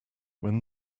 when